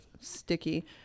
sticky